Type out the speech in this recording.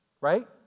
right